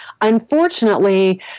Unfortunately